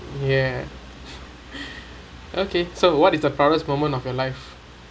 ya okay so what is the proudest moment of your life